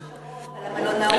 גם ההכשרות למלונאות,